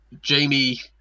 Jamie